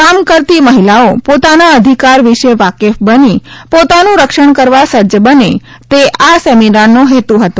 કામ કરતી મહિલાઓ પોતાના અધિકાર વિષે વાકેફ બની પોતાનું રક્ષણ કરવા સજ્જ બને તે આ સેમિનાર નો હેતુ હતો